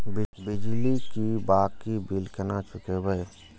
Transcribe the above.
बिजली की बाकी बील केना चूकेबे?